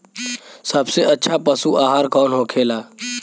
सबसे अच्छा पशु आहार कौन होखेला?